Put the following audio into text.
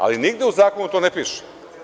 Ali nigde u zakonu to ne piše.